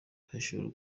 ahishura